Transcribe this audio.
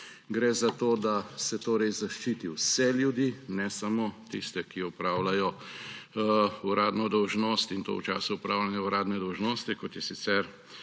Gre za to, da se zaščiti vse ljudi, ne samo tiste, ki opravljajo uradno dolžnost, in to v času opravljanja uradne dolžnosti, kot je sicer